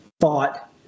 thought